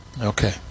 Okay